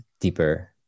deeper